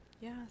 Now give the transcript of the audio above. Yes